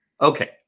Okay